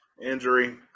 injury